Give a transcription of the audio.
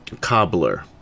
cobbler